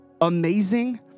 amazing